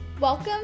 Welcome